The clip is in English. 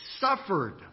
suffered